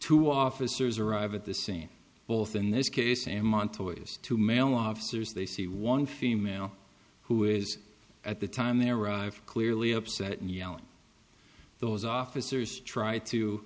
two officers arrive at the scene both in this case and montoya's two male officers they see one female who is at the time they arrive clearly upset and yelling those officers try to